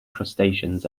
crustaceans